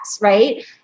right